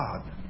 God